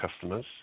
customers